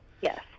yes